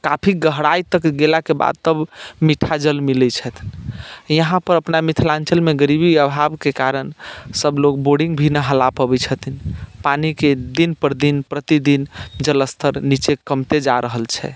काफी गहराइ तक गेलाके बाद तब मीठा जल मिलैत छथि यहाँपर अपना मिथिलाञ्चलमे गरीबी अभावके कारण सभलोग बोरिंग भी नहि लगा पबैत छथिन पानिके दिनपर दिन प्रतिदिन जल स्तर नीचे कमते जा रहल छै